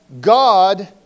God